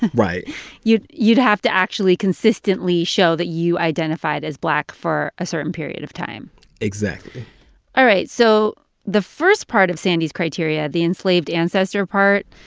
right you'd you'd have to actually consistently show that you identified as black for a certain period of time exactly all right. so the first part of sandy's criteria, the enslaved ancestor part,